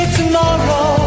tomorrow